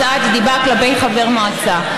הוצאת דיבה כלפי חבר מועצה.